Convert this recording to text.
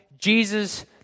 Jesus